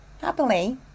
happily